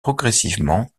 progressivement